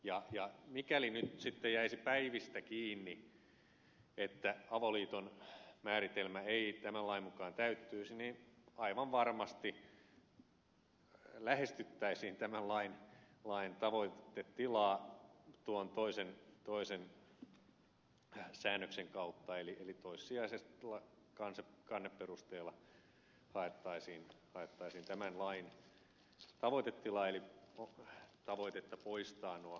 ja mikäli nyt sitten jäisi päivistä kiinni että avoliiton määritelmä ei tämän lain mukaan täyttyisi niin aivan varmasti lähestyttäisiin tämän lain tavoitetilaa tuon toisen säännöksen kautta eli toissijaisesti tuolla kanneperusteella haettaisiin tämän lain tavoitetila eli tavoitetta poistaa nuo kohtuuttomuudet